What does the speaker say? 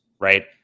right